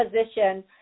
position